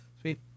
Sweet